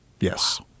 Yes